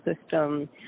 system